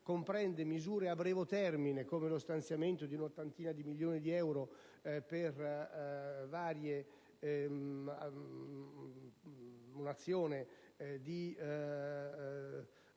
comprende misure a breve termine, come lo stanziamento di circa 80 milioni di euro per un'azione di aiuti